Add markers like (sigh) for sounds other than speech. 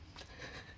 (breath)